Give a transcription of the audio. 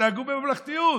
תתנהגו בממלכתיות.